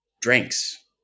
drinks